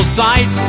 sight